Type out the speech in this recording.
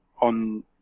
on